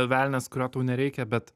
velnias kurio tau nereikia bet